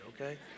okay